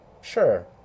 Sure